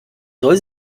soll